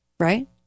Right